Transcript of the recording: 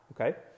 Okay